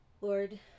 Lord